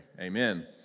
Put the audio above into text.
amen